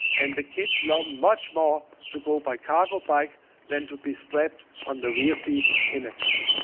and the kids love much more to go by cargo bike than to be strapped on the rear seat in a car.